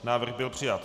Návrh byl přijat.